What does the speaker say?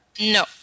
No